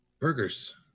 Burgers